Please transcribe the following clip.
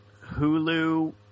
Hulu